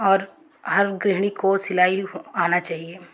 और हर गृहिणी को सिलाई आना चाहिए